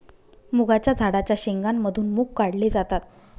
मुगाच्या झाडाच्या शेंगा मधून मुग काढले जातात